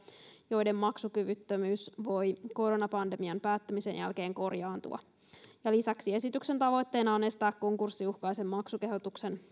joiden maksukyvyttömyys voi koronapandemian päättymisen jälkeen korjaantua lisäksi esityksen tavoitteena on estää konkurssiuhkaisen maksukehotuksen